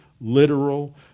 literal